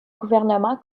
gouvernement